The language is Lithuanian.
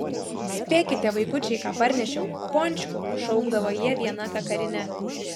spėkite vaikučiai ką parnešiau pončkų šaukdavo jie viena kakarine